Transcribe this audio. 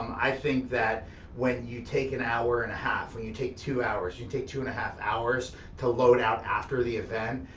i think that when you take an hour and a half, when you take two hours, you take two and a half hours to load out after the event,